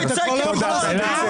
אני לא אצא, כי נגמר הדיון.